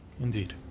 Indeed